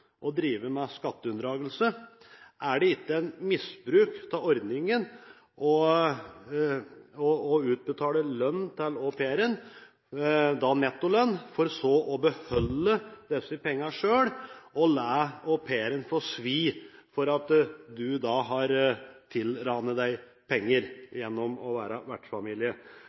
å drive med skatteunndragelse? Er det ikke misbruk av ordningen å utbetale nettolønn til au pairen, for så å beholde disse pengene selv og la au pairen få svi for at man har tilranet seg penger gjennom å være